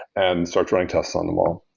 and started running tests on them all.